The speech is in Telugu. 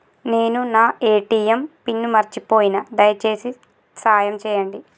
నేను నా ఏ.టీ.ఎం పిన్ను మర్చిపోయిన, దయచేసి సాయం చేయండి